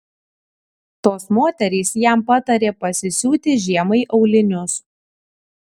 tos moterys jam patarė pasisiūti žiemai aulinius